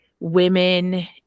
women